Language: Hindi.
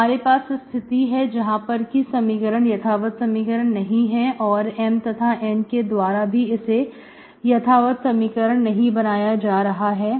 हमारे पास स्थिति है जहां पर की समीकरण यथावत समीकरण नहीं है और M तथा N के द्वारा भी इसे यथावत समीकरण नहीं बनाया जा रहा है